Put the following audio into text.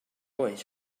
oes